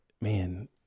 man